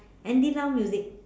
Andy Lau music